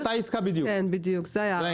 מדובר על אותה עסקה בדיוק, זה העניין.